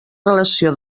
relació